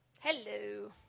Hello